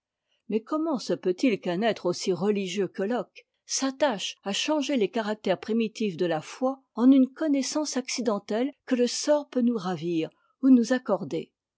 mais comment se peut-il qu'un être aussi religieux que locke s'attache à changer les caractères primitifs de la foi en une connaissance accidentelle que le sort peut nous ravir ou nous accorder